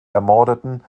ermordeten